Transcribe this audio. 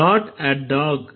brought a dog